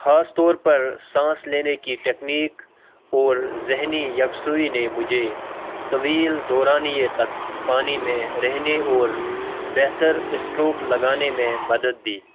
خاص طور پر سانس لینے کی ٹیکنیک اور ذہنی یکسوئی نے مجھے طویل دورانیے تک پانی میں رہنے اور بہتر اسٹروک لگانے میں مدد دی